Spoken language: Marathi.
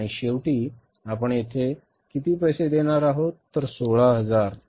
आणि शेवटी आपण येथे किती पैसे देणार आहोत तर 16000 बरोबर